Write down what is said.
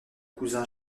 cousin